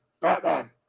Batman